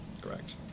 Correct